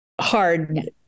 hard